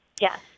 yes